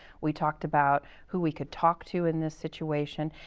we talked about who we could talk to in this situation.